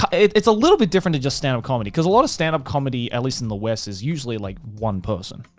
it's a little bit different than just stand up comedy, cause a lot of standup comedy, at least in the west, is usually like one person.